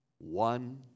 one